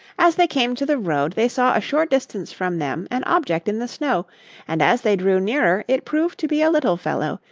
as they came to the road they saw a short distance from them an object in the snow and as they drew nearer it proved to be a little fellow,